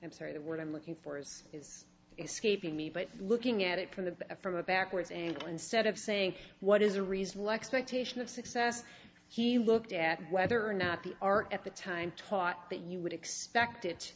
i'm sorry the word i'm looking for is is escaping me but looking at it from the from a backwards angle instead of saying what is a reasonable expectation of success he looked at whether or not the art at the time taught that you would expect it